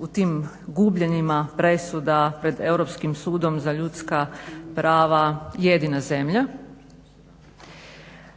u tim gubljenjima presuda pred Europskim sudom za ljudska prava jedina zemlja